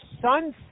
sunset